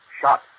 Shot